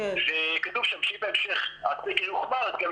כתוב שם שאם בהמשך הסגר יוחמר אז גם